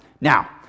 Now